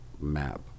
map